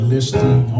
Listening